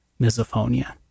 misophonia